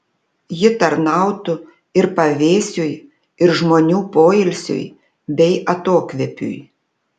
ji tarnautų ir pavėsiui ir žmonių poilsiui bei atokvėpiui